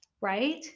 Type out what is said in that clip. right